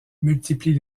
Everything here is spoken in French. multiplie